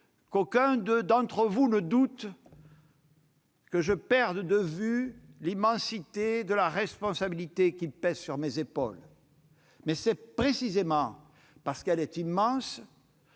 assurés que je ne perds pas de vue l'immensité de la responsabilité qui pèse sur mes épaules. Mais c'est précisément parce qu'elle est immense